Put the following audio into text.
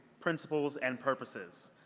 principles and purposes.